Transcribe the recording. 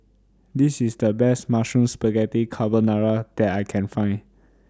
This IS The Best Mushroom Spaghetti Carbonara that I Can Find